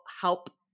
help